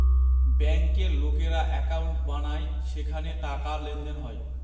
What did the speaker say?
ব্যাঙ্কের লোকেরা একাউন্ট বানায় যেখানে টাকার লেনদেন হয়